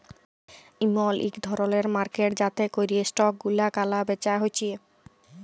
ইমল ইক ধরলের মার্কেট যাতে ক্যরে স্টক গুলা ক্যালা বেচা হচ্যে